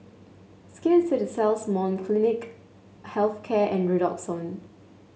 Skin Ceuticals Molnylcke Health Care and Redoxon